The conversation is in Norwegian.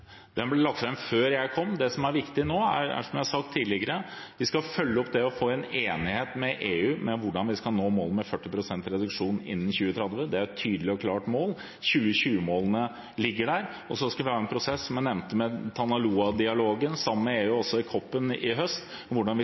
Den ble lagt fram før jeg kom. Det som er viktig nå, er, som jeg har sagt tidligere, at vi skal følge opp det å få en enighet med EU om hvordan vi skal nå målet om 40 pst. reduksjon innen 2030. Det er et tydelig og klart mål. 2020-målene ligger der. Så skal vi ha en prosess, som jeg nevnte, med Talanoa-dialogen sammen med EU og også i COP-en i høst om hvordan vi